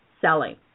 selling